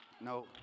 no